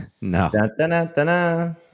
no